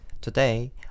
Today